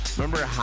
Remember